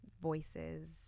voices